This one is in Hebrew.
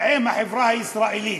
עם החברה הישראלית,